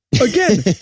Again